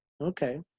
okay